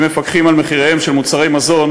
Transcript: אם מפקחים על מחיריהם של מוצרי מזון,